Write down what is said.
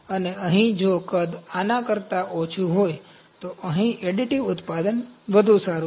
અને અહીં જો કદ આના કરતા ઓછું હોય તો અહીં એડિટિવ ઉત્પાદન વધુ સારું છે